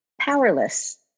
powerless